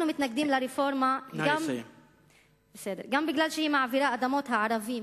אנחנו מתנגדים לרפורמה גם כי היא מעבירה את אדמות הערבים